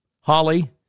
Holly